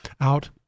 out